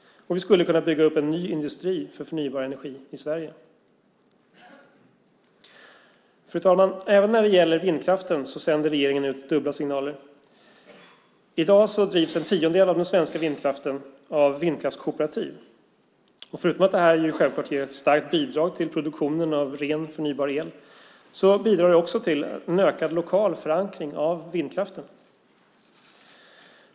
Vi skulle kunna bygga upp en ny industri för förnybar energi i Sverige. Fru talman! Även när det gäller vindkraften sänder regeringen ut dubbla signaler. I dag drivs en tiondel av den svenska vindkraften av vindkraftskooperativ. Förutom att det här självklart ger ett starkt bidrag till produktionen av ren förnybar el bidrar det också till en ökad lokal förankring av vindkraften.